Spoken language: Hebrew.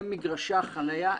הן מגרשי החניה,